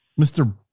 Mr